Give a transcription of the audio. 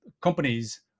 companies